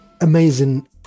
amazing